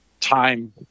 time